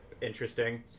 interesting